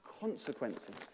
consequences